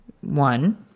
one